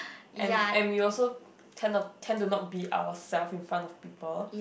and and we also tend of tend to not be yourself in front of people